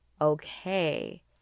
okay